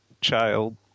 child